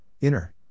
Inner